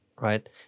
right